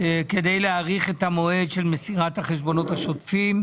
כדי להאריך את המועד של מסירת החשבונות השוטפים.